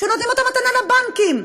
שנותנים מתנה לבנקים.